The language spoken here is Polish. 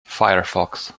firefox